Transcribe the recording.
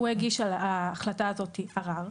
הוא הגיש על ההחלטה הזאת ערר,